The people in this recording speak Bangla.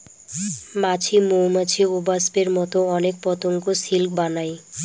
মাছি, মৌমাছি, ওবাস্পের মতো অনেক পতঙ্গ সিল্ক বানায়